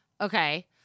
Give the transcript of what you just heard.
Okay